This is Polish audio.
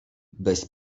bez